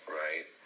right